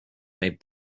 may